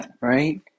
right